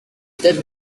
that